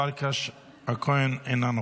חברת הכנסת אורית פרקש הכהן, אינה נוכחת.